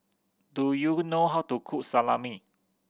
do you know how to cook Salami